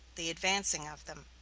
the advancing of them.